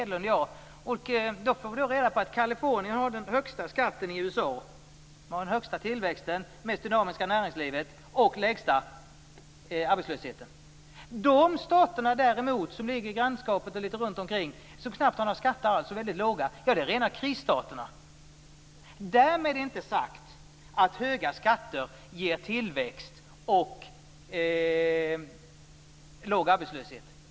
Då fick vi reda på att California har den högsta skatten i USA. Man har den högsta tillväxten, det mest dynamiska näringslivet och den lägsta arbetslösheten. De stater som ligger litet runt omkring i grannskapet och knappt har några skatter alls eller väldigt låga är däremot rena krisstaterna. Därmed inte sagt att höga skatter ger tillväxt och låg arbetslöshet.